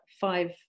five